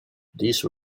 these